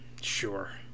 Sure